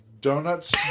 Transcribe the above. donuts